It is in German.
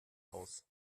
aus